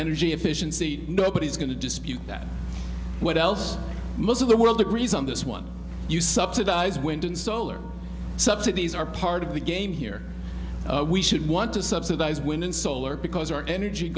energy efficiency nobody's going to dispute that what else most of the world agrees on this one you subsidize wind and solar subsidies are part of the game here we should want to subsidize wind and solar because our energy